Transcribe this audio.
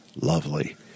Lovely